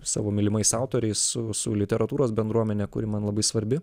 savo mylimais autoriais su su literatūros bendruomene kuri man labai svarbi